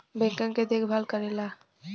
बैंकन के देखभाल करेला